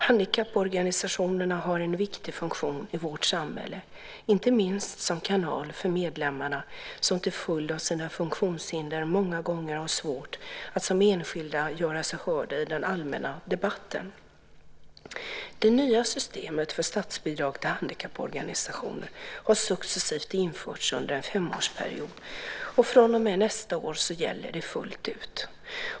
Handikapporganisationerna har en viktig funktion i vårt samhälle, inte minst som kanal för medlemmarna som till följd av sina funktionshinder många gånger har svårt att som enskilda göra sig hörda i den allmänna debatten. Det nya systemet för statsbidrag till handikapporganisationer har successivt införts under en femårsperiod. Från och med nästa år gäller det fullt ut.